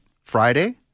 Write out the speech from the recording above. Friday